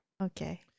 okay